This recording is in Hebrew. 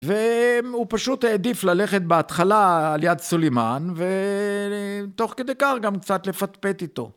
והוא פשוט העדיף ללכת בהתחלה על יד סולימן ותוך כדי כך גם קצת לפטפט איתו.